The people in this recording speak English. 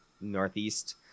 Northeast